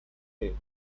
tait